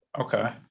Okay